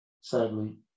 sadly